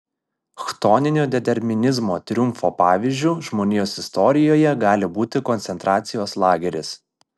chtoninio determinizmo triumfo pavyzdžiu žmonijos istorijoje gali būti koncentracijos lageris